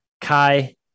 Kai